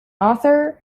author